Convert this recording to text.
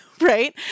right